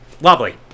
Lovely